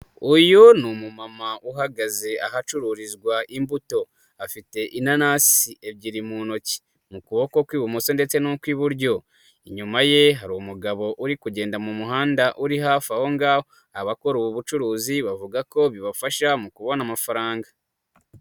Uyu ni umuma uhagaze ahacururizwa imbuto, afite inanasi ebyiri mu ntoki, mu kuboko kw'ibumoso ndetse n'ukw'iburyo, inyuma ye hari umugabo uri kugenda mu muhanda uri hafi aho ngaho, abakora ubu bucuruzi bavuga ko bibafasha mu kubona amafaranga.